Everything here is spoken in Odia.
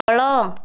ତଳ